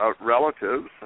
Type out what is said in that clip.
relatives